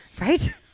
Right